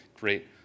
great